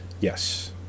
Yes